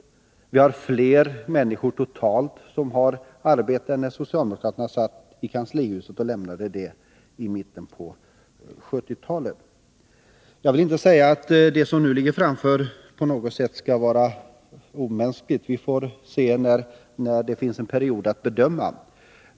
Och vi har fler människor i arbete totalt nu än när socialdemokraterna lämnade kanslihuset i mitten av 1970-talet. Jag vill inte säga att det som nu ligger framför på något sätt skulle vara omänskligt. Vi får se när det finns en period att bedöma.